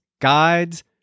Guides